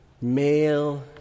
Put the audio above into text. male